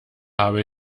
habe